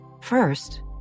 First